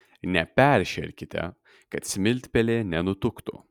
neperšerkite kad smiltpelė nenutuktų